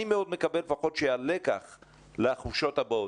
אני מאוד מקווה שהופק הלקח לחופשות הבאות,